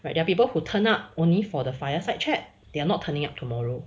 but there are people who turn up only for the fireside chat they are not turning up tomorrow